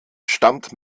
stammt